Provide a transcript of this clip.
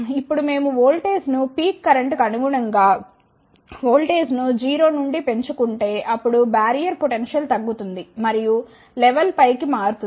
ఇప్పుడు మేము వోల్టేజ్ను పీక్ కరెంట్కు అనుగుణంగా వోల్టేజ్ను 0 నుండి పెంచుకుంటే అప్పుడు బారియర్ పొటెన్షియల్ తగ్గుతుంది మరియు లెవెల్ పైకి మారుతుంది